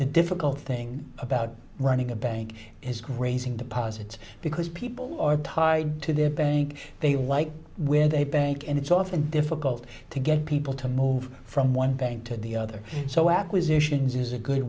the difficult thing about running a bank is grazing deposits because people are tied to their bank they like where they bank and it's often difficult to get people to move from one bank to the other so acquisitions is a good